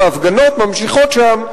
וההפגנות ממשיכות שם.